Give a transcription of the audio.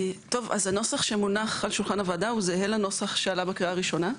הנוסח שמונח על שולחן הוועדה זהה לנוסח שעלה בקריאה הראשונה.